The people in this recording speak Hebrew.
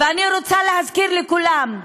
ואני רוצה להזכיר לכולם: